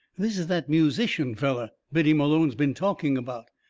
this is that musician feller biddy malone's been talking about.